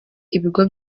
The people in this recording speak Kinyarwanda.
ibigo